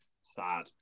Sad